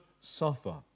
suffer